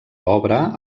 obra